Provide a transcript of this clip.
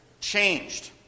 changed